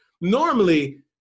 normally